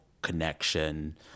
Connection